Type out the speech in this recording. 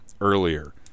Earlier